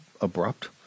abrupt